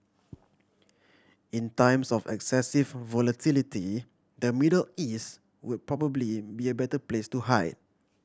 in times of excessive volatility the Middle East would probably be a better place to hide